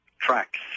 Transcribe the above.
tracks